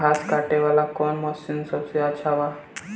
घास काटे वाला कौन मशीन सबसे अच्छा बा?